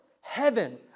heaven